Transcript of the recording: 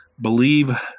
believe